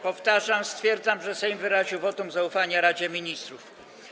Powtarzam: stwierdzam, że Sejm wyraził wotum zaufania Radzie Ministrów.